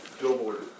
billboard